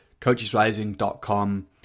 coachesrising.com